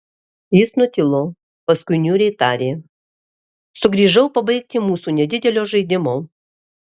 jis nutilo paskui niūriai tarė sugrįžau pabaigti mūsų nedidelio žaidimo